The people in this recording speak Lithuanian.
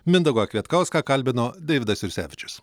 mindaugą kvietkauską kalbino deividas jursevičius